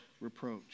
reproach